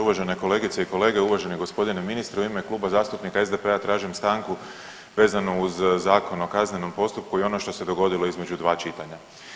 Uvažene kolegice i kolege, uvaženi gospodine ministre u ime Kluba zastupnika SDP-a tražim stanku vezano uz Zakon o kaznenom postupku i ono što se dogodilo između dva čitanja.